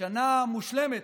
שנה מושלמת.